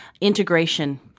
integration